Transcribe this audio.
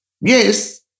Yes